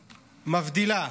מבדילה,